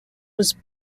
was